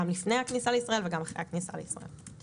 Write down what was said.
גם לפני הכניסה לישראל וגם אחרי הכניסה לישראל.